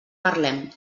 parlem